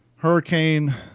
Hurricane